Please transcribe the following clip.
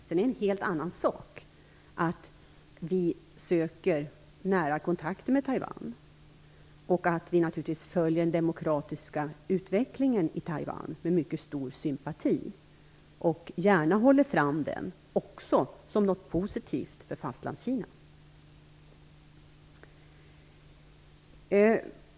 Sedan är det en helt annan sak att vi söker nära kontakter med Taiwan och att vi följer den demokratiska utvecklingen där med mycket stor sympati. Vi håller gärna fram den som något positivt för Fastlandskina.